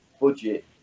budget